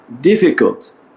difficult